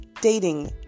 dating